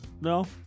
No